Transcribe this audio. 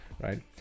right